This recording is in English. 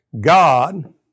God